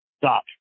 stop